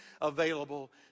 available